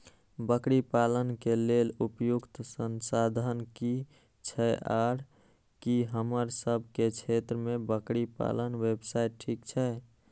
बकरी पालन के लेल उपयुक्त संसाधन की छै आर की हमर सब के क्षेत्र में बकरी पालन व्यवसाय ठीक छै?